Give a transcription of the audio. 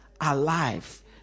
alive